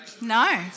No